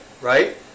right